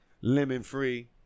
lemon-free